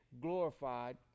glorified